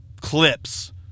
clips